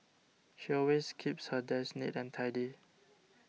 she always keeps her desk neat and tidy